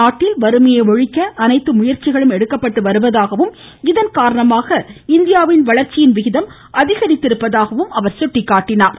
நாட்டில் வறுமையை ஒழிக்க அனைத்து முயற்சிகளும் எடுக்கப்பட்டு வருவதாகவும் இதன் காரணமாக இந்தியாவின் வளர்ச்சியின் விகிதம் அதிகரித்திருப்பதாக அவர் சுட்டிக்காட்டினார்